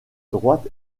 droite